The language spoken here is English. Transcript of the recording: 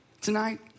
tonight